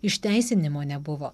išteisinimo nebuvo